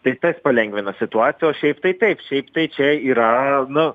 tai tas palengvina situaciją o šiaip tai taip šiaip tai čia yra nu